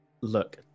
look